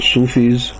Sufis